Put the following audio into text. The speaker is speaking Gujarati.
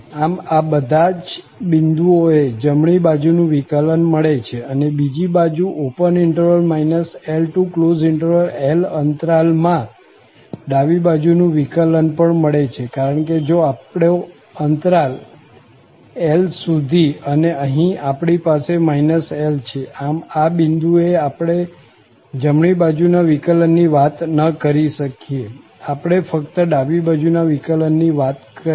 આમ આ બધા જ બિંદુઓ એ જમણી બાજુ નું વિકલન મળે છે અને બીજી બાજુ LL અંતરાલ માં ડાબી બાજુ નું વિકલન પણ મળે છે કારણ કે જો આપણો અંતરાલ L સુધી અને અહીં આપણી પાસે L છે આમ આ બિંદુ એ આપણે જમણી બાજુ ના વિકલન ની વાત ન કરી શકીએ આપણે ફક્ત ડાબી બાજુ ના વિકલન ની વાત કરી શકીએ